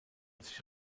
sich